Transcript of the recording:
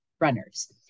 runners